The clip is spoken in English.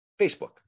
Facebook